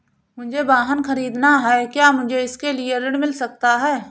मुझे वाहन ख़रीदना है क्या मुझे इसके लिए ऋण मिल सकता है?